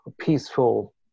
peaceful